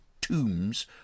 tombs